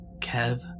Kev